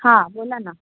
हां बोला ना